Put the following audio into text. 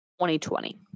2020